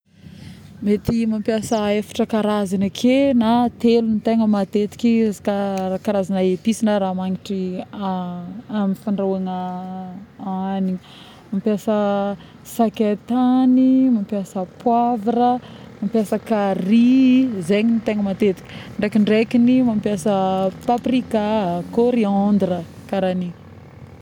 Mety mampiasa eftra karazagna ake na telo na tegna matetiky izy ka karazagna épice na raha magnitry˂hesitation˃ amin'ny fandrahoagna˂hesitation˃ hagniny, mampiasa sakaitagny, mampiasa poivre, mampiasa carry, zegny no tegna matetika, ndraikindraiky mampiasa paprika, corriendre karaha igny